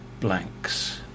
blanks